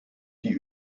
die